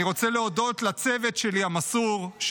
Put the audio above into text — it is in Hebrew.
אני רוצה להודות לצוות המסור שלי,